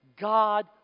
God